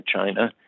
China